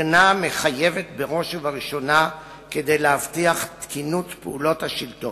הגנה המתחייבת בראש ובראשונה כדי להבטיח תקינות פעולות השלטון.